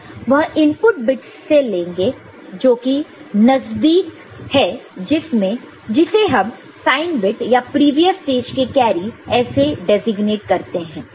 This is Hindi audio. वह इनपुट बिट्स से लेंगे जोकि नजदीक है जिसे हम साइन बिट या प्रीवियस स्टेज के कैरी ऐसे डेजिग्नेट करते हैं